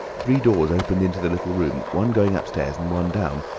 three doors opened into the little room, one going upstairs and one down,